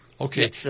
Okay